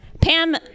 Pam